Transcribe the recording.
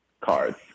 cards